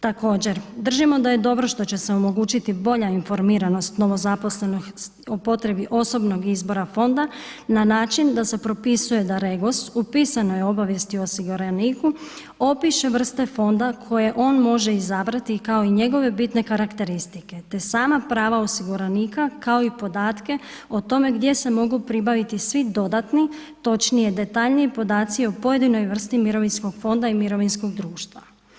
Također držimo da je dobro što će se omogućiti bolja informiranost novo zaposlenost o potrebi osobnog izbora fonda na način da se propisuje da REGOS u pisanoj obavijesti osiguraniku opiše vrste fonda koje on može izabrati i kao njegove bitne karakteristike te sama prava osiguranika kao i podatke o tome gdje se mogu pribaviti svi dodatni točnije detaljniji podaci o pojedinoj vrsti mirovinskog fonda i mirovinskog društva.